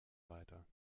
weiter